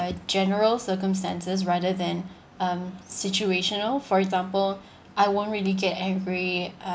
uh general circumstances rather than um situational for example I won't really get angry